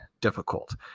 difficult